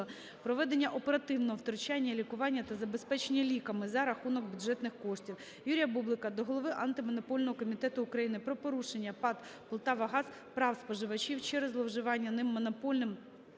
проведення оперативного втручання, лікування та забезпечення ліками за рахунок бюджетних коштів. Юрія Бублика до голови Антимонопольного комітету України про порушення ПАТ "Полтавагаз" прав споживачів через зловживання ним монопольним